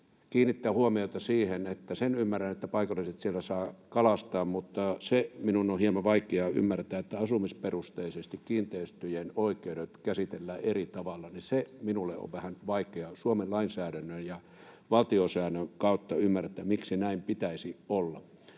kiinnittää huomiota tähän: Sen ymmärrän, että paikalliset siellä saavat kalastaa, mutta se minun on hieman vaikea ymmärtää, että asumisperusteisesti kiinteistöjen oikeudet käsitellään eri tavalla. Se on minulle vähän vaikea Suomen lainsäädännön ja valtiosäännön kautta ymmärtää, miksi näin pitäisi olla.